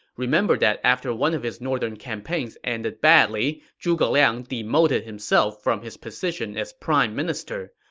remember that after one of his northern campaigns ended badly, zhuge liang demoted himself from his position as prime minister.